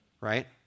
right